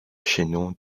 chaînon